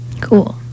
cool